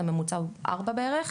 הממוצע הוא 4 בערך,